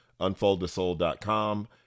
unfoldthesoul.com